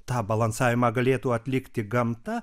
tą balansavimą galėtų atlikti gamta